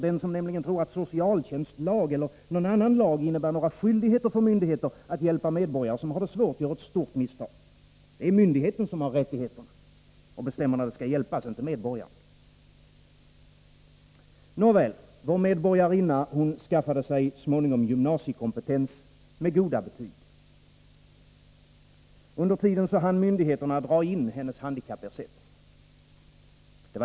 Den som nämligen tror att socialtjänstlagen eller någon annan lag innebär några skyldigheter för myndigheter att hjälpa medborgare som har det svårt gör ett stort misstag. Det är myndigheterna som har rättigheterna och bestämmer när det skall hjälpas, inte medborgaren. Nåväl, vår medborgarinna skaffade sig så småningom gymnasiekompetens med goda betyg. Under tiden hann myndigheterna dra in hennes handikappersättning.